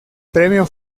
premio